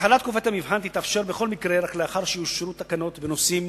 התחלת תקופת המבחן תתאפשר בכל מקרה רק לאחר שיאושרו תקנות בנושאים